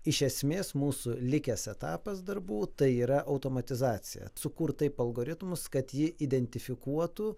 iš esmės mūsų likęs etapas darbų tai yra automatizacija sukurt taip algoritmus kad jie identifikuotų